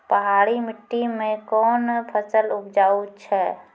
पहाड़ी मिट्टी मैं कौन फसल उपजाऊ छ?